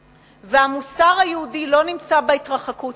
המוסר היהודי לא נמצא בהתרחקות מהחיים,